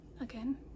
Again